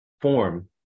form